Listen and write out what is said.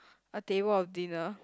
a table of dinner